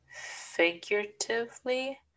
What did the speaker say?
figuratively